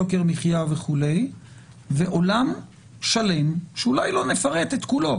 יוקר מחיה וכולי ועולם שלם שאולי לא נפרט את כולו